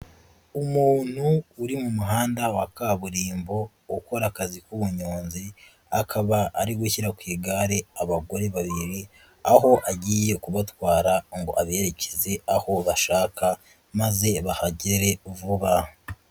Umuntu uri mu muhanda wa kaburimbo ukora akazi k'ubunyonzi, akaba ari gushyira ku igare abagore babiri aho agiye kubatwara ngobererekeje aho bashaka maze bahagere vuba.